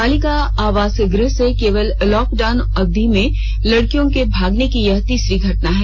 बालिका गृह से केवल लॉकडाउन अवधि में लड़कियों के भागने की यह तीसरी घटना है